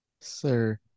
Sir